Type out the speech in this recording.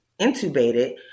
intubated